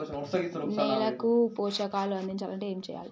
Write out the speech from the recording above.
నేలకు పోషకాలు అందించాలి అంటే ఏం చెయ్యాలి?